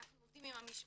אנחנו עובדים עם המשפחות,